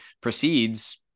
proceeds